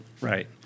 Right